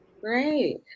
Great